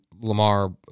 Lamar